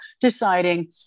deciding